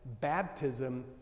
baptism